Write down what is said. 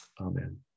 Amen